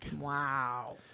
Wow